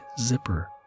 zipper